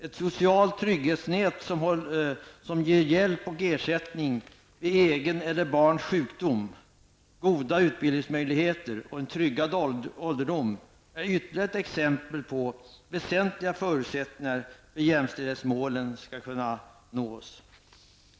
Ett socialt trygghetsnät som ger hjälp och ersättning vid egen eller barns sjukdom, goda utbildningsmöjligheter och en tryggad ålderdom är ytterligare exempel på väsentliga förutsättningar för att jämställdhetsmålen skall kunna nås.